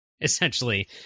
essentially